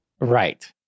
Right